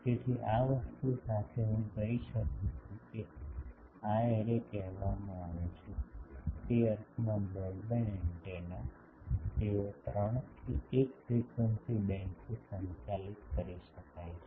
તેથી આ વસ્તુ સાથે હું કહી શકું છું કે આ એરે કહેવામાં આવે છે તે અર્થમાં બ્રોડબેન્ડ એન્ટેના તેઓ 3 થી 1 ફ્રીક્વન્સી બેન્ડથી સંચાલિત કરી શકાય છે